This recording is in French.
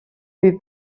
lui